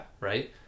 Right